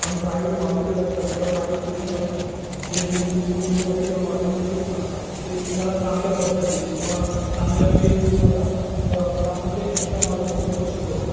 पण private colleges असतात किंवा प्रायवेट ट्यूशन्स असतात जे तुम्ही स्कूल्समध्ये किंवा कॉलेजमध्ये शिकतात तेच तुम्हाला चांगल्या पद्धतीत किंवा चांगल्या वेने तुम्हाला क क्लासमध्ये एक्स्ट्रा नॉलेजसोबत शिकवतात